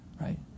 right